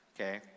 okay